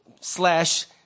slash